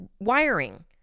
wiring